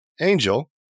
Angel